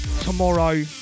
tomorrow